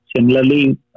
Similarly